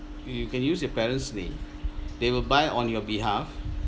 you can use your parents' name they will buy on your behalf